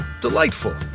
Delightful